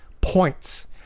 points